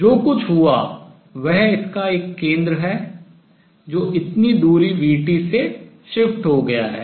कि जो कुछ हुआ वह इसका एक केंद्र है जो इतनी दूरी vt से shift स्थानांतरित हो गया है